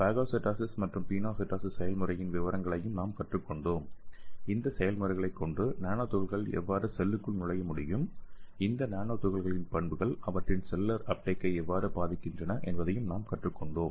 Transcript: phagocytosis மற்றும் pinocytosis செயல்முறையின் விவரங்களையும் நாம் கற்றுக்கொண்டோம் இந்த செயல்முறைகளை கொண்டு நானோ துகள்கள் எவ்வாறு செல்லுக்குள் நுழைய முடியும் இந்த நானோ துகள்களின் பண்புகள் அவற்றின் செல்லுலார் அப்டேக்கை எவ்வாறு பாதிக்கின்றன என்பதையும் நாம் கற்றுக்கொண்டோம்